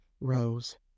rose